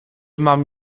mam